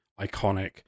iconic